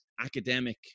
academic